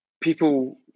people